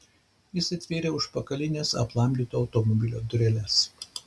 jis atvėrė užpakalines aplamdyto automobilio dureles